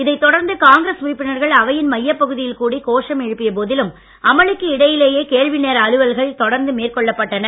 இதைத் தொடர்ந்து காங்கிரஸ் உறுப்பினர்கள் அவையின் மையப் பகுதியில் கூடி கோஷம் எழுப்பிய போதிலும் அமளிக்கு இடையிலேயே கேள்வி நேர அலுவல்கள் தொடர்ந்து மேற்கொள்ளப்பட்டன